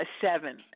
seven